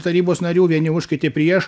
tarybos narių vieni už kiti prieš